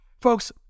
Folks